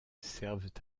servent